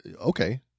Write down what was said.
Okay